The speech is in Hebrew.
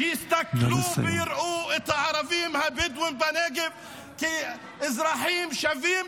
-- שיסתכלו ויראו את הערבים הבדואים בנגב כאזרחים שווים